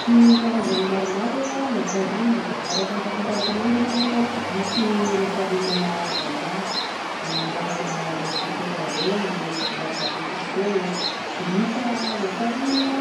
Sy karazany maromaro anh lafarinina, araky ny fahanfatarako ananzy alongany anh misy lafarinina anà vazaha agnamaboarana mofo dipaigna regny, anamboaragna pain choco; de misy anh lafarinina